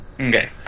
Okay